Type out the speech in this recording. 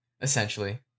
Essentially